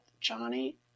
Johnny